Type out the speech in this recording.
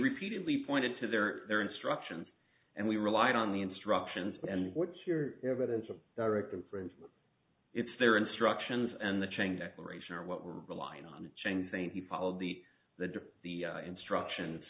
repeatedly pointed to their their instructions and we relied on the instructions and what's your evidence of direct infringement it's their instructions and the chain declaration or what we're relying on a chain saying he followed the the divine the instructions